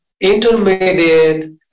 intermediate